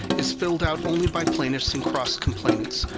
is filled out only by plaintiffs and cross complainants.